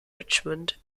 richmond